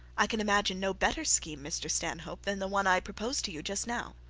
i can imagine no better scheme, mr stanhope, than the one i proposed to you just now